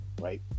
right